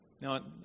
Now